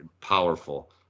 powerful